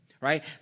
right